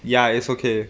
ya it's okay